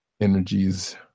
energies